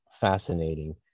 fascinating